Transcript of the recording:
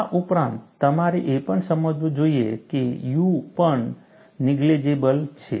આ ઉપરાંત તમારે એ પણ સમજવું જોઈએ કે U પણ નેગ્લિજિબલ છે